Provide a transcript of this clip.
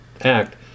act